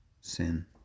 sin